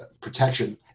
protection